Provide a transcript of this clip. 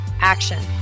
action